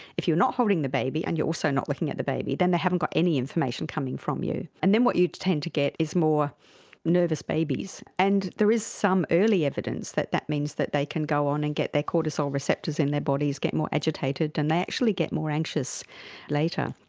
if you're not holding the baby and you're also not looking at the baby, then they haven't got any information coming from you, and then what you tend to get is more nervous babies. and there is some early evidence that that means that they can go on and get their cortisol receptors in their bodies, get more agitated, and they actually get more anxious later.